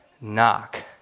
knock